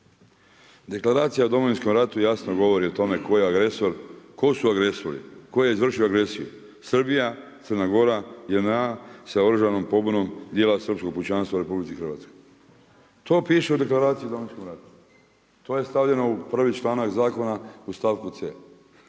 Deklaracija o Domovinskom ratu jasno govori o tome tko je agresor, tko su agresori, tko je izvršio agresiju, Srbija, Crna Gora, JNA sa oružanom pobunom dijela srpskog pučanstva u RH. To piše u Deklaraciji o Domovinskom ratu. To je stavljeno u prvi članak zakona u stavku c.